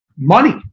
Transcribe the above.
Money